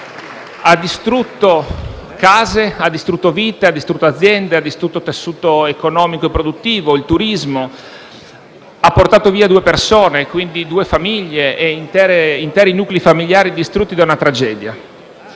Ha distrutto case, vite, aziende, tessuto economico e produttivo, turismo; ha portato via due persone, quindi due famiglie e interi nuclei familiari distrutti da una tragedia.